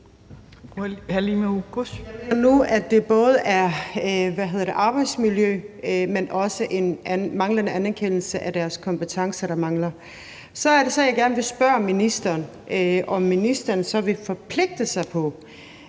Jeg mener nu, at det både er arbejdsmiljøet, men også en manglende anerkendelse af deres kompetencer. Så er det, jeg gerne vil spørge ministeren, om ministeren så vil forpligte sig på